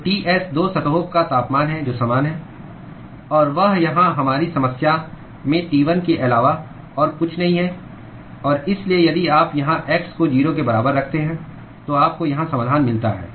तो T s 2 सतहों का तापमान है जो समान है और वह यहाँ हमारी समस्या में T1 के अलावा और कुछ नहीं है और इसलिए यदि आप यहाँ x को 0 के बराबर रखते हैं तो आपको यहाँ समाधान मिलता है